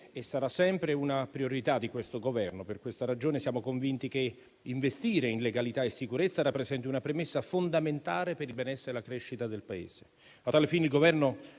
e sarà sempre una priorità del Governo. Per questa ragione siamo convinti che investire in legalità e sicurezza rappresenti una premessa fondamentale per il benessere e la crescita del Paese. A tale fine il Governo